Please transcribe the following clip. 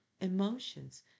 emotions